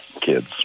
kids